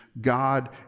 God